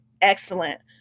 excellent